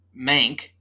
Mank